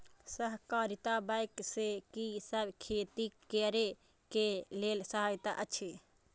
सहकारिता बैंक से कि सब खेती करे के लेल सहायता अछि?